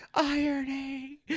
irony